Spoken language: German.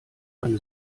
eine